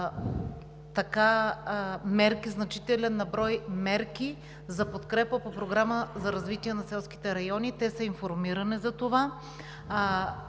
значителни на брой мерки за подкрепа по Програмата за развитие на селските райони. Те са информирани за това,